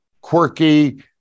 quirky